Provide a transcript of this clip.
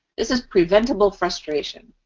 this is preventable frustration.